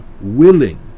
willing